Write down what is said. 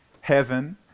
heaven